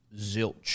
zilch